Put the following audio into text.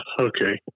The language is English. Okay